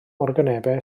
organebau